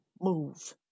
move